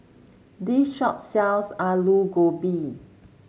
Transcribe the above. this shop sells Alu Gobi